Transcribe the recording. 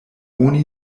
oni